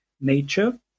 nature